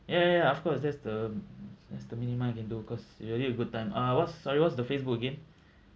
ya ya ya of course that's the that's the minimum I can do cause it really a good time ah what's sorry what's the Facebook again